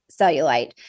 cellulite